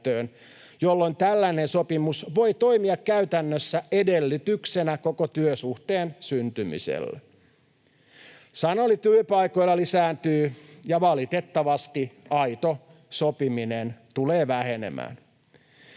jolloin tällainen sopimus voi toimia käytännössä edellytyksenä koko työsuhteen syntymiselle. Sanelu työpaikoilla lisääntyy, ja valitettavasti aito sopiminen tulee vähenemään.